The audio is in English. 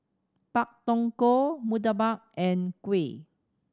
Pak Thong Ko murtabak and kuih